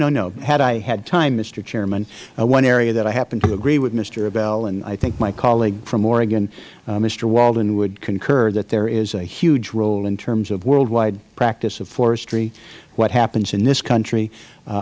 no no had i had time mister chairman one area that i happen to agree with mister ebell and i think my colleague from oregon mister walden would concur that there is a huge role in terms of worldwide practice of forestry what happens in this country